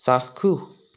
চাক্ষুষ